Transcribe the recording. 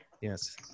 Yes